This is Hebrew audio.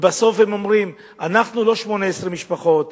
ובסוף הם אומרים: אנחנו לא 18 משפחות,